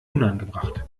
unangebracht